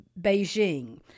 Beijing